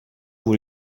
vous